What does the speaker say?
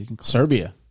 Serbia